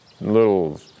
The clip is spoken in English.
little